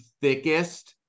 thickest